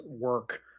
work